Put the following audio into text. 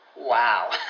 Wow